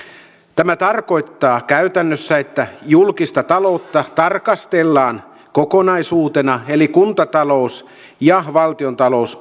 tämä tarkoittaa käytännössä että julkista taloutta tarkastellaan kokonaisuutena eli kuntatalous ja valtiontalous